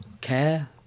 care